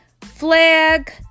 flag